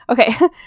Okay